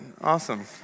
awesome